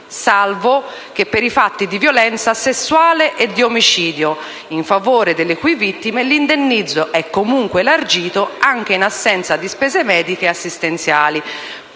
salvo che per i fatti di violenza sessuale e di omicidio, in favore delle cui vittime l'indennizzo è comunque elargito anche in assenza di spese mediche e assistenziali.